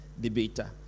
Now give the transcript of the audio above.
debater